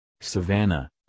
savannah